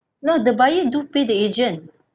no the buyer do pay the agent